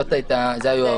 אלו היו האופציות.